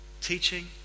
teaching